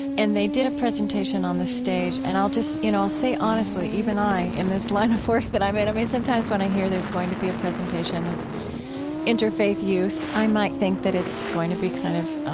and they did a presentation on the stage. and i'll just, you know, say, honestly, even i, in this line of work that i'm in, i mean, sometimes when i hear there's going to be a presentation of interfaith youth, i might think that it's going to be kind of,